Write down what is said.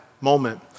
moment